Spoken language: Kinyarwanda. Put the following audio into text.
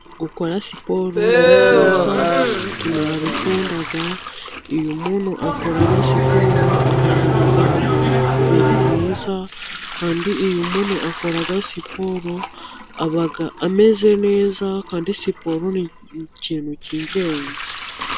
Gukora siporo ni byiza tunarabikunda uyu muntu akora siporo ahorana umubiri mwiza, kandi iyo umuntu akora siporo aba ameze neza kandi siporo ni ikintu c' ingenzi.